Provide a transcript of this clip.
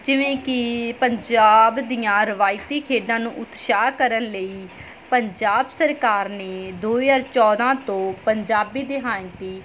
ਜਿਵੇਂ ਕਿ ਪੰਜਾਬ ਦੀਆਂ ਰਿਵਾਇਤੀ ਖੇਡਾਂ ਨੂੰ ਉਤਸ਼ਾਹ ਕਰਨ ਲਈ ਪੰਜਾਬ ਸਰਕਾਰ ਨੇ ਦੋ ਹਜ਼ਾਰ ਚੌਦ੍ਹਾਂ ਤੋਂ ਪੰਜਾਬੀ ਦਿਹਾਇਤੀ